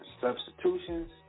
substitutions